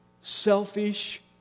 selfish